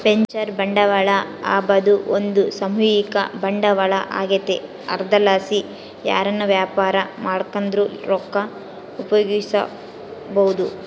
venture ಬಂಡವಾಳ ಅಂಬಾದು ಒಂದು ಸಾಮೂಹಿಕ ಬಂಡವಾಳ ಆಗೆತೆ ಅದರ್ಲಾಸಿ ಯಾರನ ವ್ಯಾಪಾರ ಮಾಡ್ಬಕಂದ್ರ ರೊಕ್ಕ ಉಪಯೋಗಿಸೆಂಬಹುದು